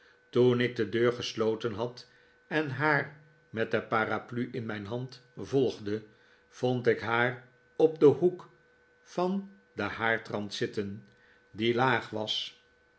toen ik de deur gesloten had en haar met de paraplu in mijn hand volgde vond ik haar op den hoek van den haardrand zitten die laag was